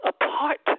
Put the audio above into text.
apart